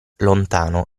lontano